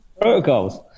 protocols